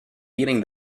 eating